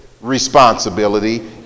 responsibility